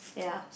ya